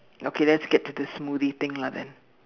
okay let's get to this smoothie thing lah then